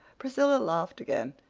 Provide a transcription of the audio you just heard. priscilla laughed again.